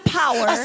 power